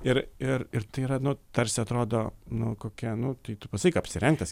ir ir ir tai yra nu tarsi atrodo nu kokia nu tai tu pasakyk apsirenk tas